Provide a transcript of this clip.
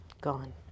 Gone